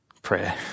Prayer